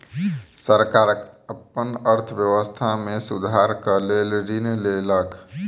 सरकार अपन अर्थव्यवस्था में सुधारक लेल ऋण लेलक